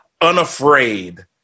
unafraid